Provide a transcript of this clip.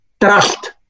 trust